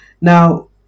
Now